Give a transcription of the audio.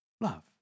love